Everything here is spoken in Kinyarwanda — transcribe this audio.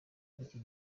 bw’iki